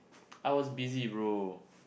I was busy bro